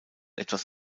etwas